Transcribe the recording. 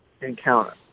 encounter